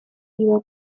sido